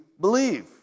believe